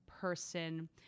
person